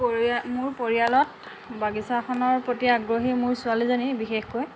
মোৰ পৰিয়ালত বাগিচাখনৰ প্ৰতি আগ্ৰহী মোৰ ছোৱালীজনী বিশেষকৈ